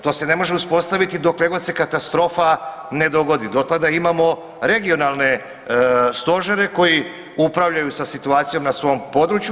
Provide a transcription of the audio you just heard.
To se ne može uspostaviti dokle god se katastrofa ne dogodi, do tada imamo regionalne stožere koji upravljaju sa situacijom na svom području.